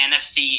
nfc